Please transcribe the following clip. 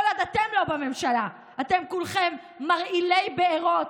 כל עוד אתם לא בממשלה, אתם כולכם מרעילי בארות,